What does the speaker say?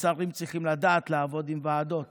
ושרים צריכים לדעת לעבוד עם ועדות